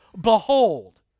behold